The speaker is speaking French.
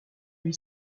lui